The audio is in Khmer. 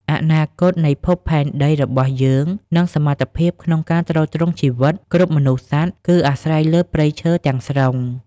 អនាគតនៃភពផែនដីរបស់យើង និងសមត្ថភាពក្នុងការទ្រទ្រង់ជីវិតគ្រប់មនុស្សសត្វ គឺអាស្រ័យលើព្រៃឈើទាំងស្រុង។